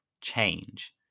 change